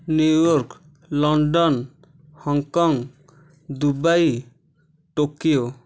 New York London Hong Kong Dubai Tokyo